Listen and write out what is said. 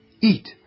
Eat